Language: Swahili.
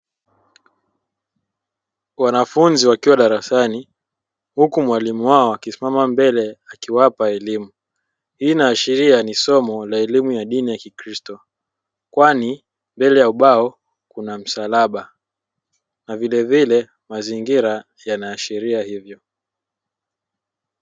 Wanafunzi wakiwa darasani huku mwalimu wao akisimama mbele akiwapa elimu hii inahashilia ni somo la elimu ya dini ya kikristo kwani mbele ya ubao kuna msalaba, na vile vile mazingira yanahashiria hivyo.